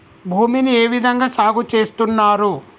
భూమిని ఏ విధంగా సాగు చేస్తున్నారు?